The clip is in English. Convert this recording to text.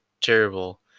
terrible